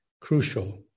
crucial